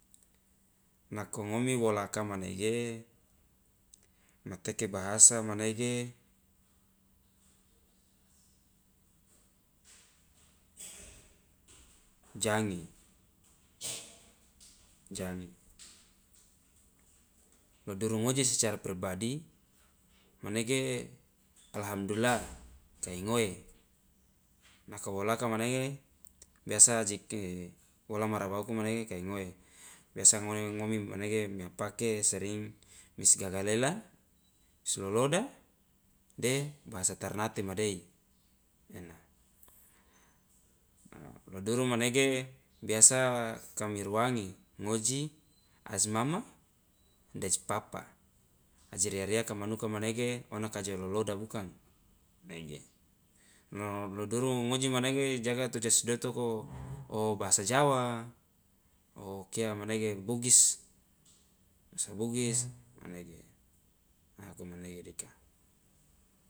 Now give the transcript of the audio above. Nako ngomi wolaka manege mateke bahasa manege jange jange lo duru ngoji secara pribadi manege alhamdulillah kai ngoe, nako wolaka manege biasa aji wola ma rabaka manege kai ngoe biasa ngone ngomi manege mia pake sering mi si gagalela, si loloda, de bahasa tarnate madei nena, lo duru manege biasa ka mi ruange ngoji, aji mama, de aji papa, aji ria- riaka manuka manege ona ka jo loloda bukang nege, lo lo duru ngoji manege jaga to ja si dotoko o bahasa jawa, o kia manege bugis, bahasa bugis, manege nako manege dika.